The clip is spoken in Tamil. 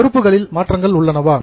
பொறுப்புகளில் மாற்றங்கள் உள்ளனவா